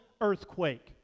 earthquake